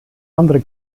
andere